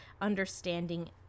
understanding